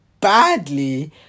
badly